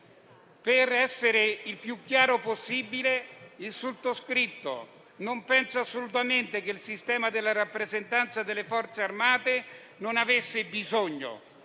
Per essere il più chiaro possibile, il sottoscritto non pensa assolutamente che il sistema della rappresentanza delle Forze armate non avesse bisogno